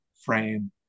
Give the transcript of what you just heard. frame